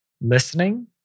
listening